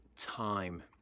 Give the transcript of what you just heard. time